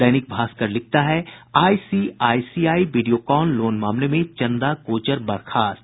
दैनिक भास्कर लिखता है ICICI Videocon loan मामले में चंदा कोचर बर्खास्त